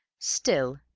still,